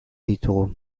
ditugu